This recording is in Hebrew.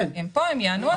הם פה, הם יענו על זה.